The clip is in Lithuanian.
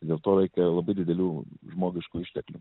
dėl to reikia labai didelių žmogiškų išteklių